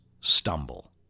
stumble